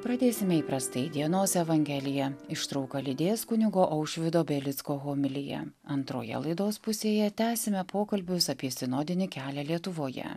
pradėsime įprastai dienos evangelija ištrauką lydės kunigo aušvydo belicko homilija antroje laidos pusėje tęsime pokalbius apie sinodinį kelią lietuvoje